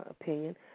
opinion